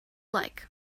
like